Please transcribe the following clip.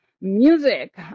Music